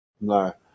no